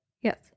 Yes